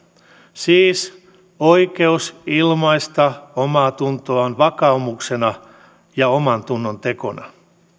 siis oikeus ilmaista omaatuntoaan vakaumuksena ja omantunnontekona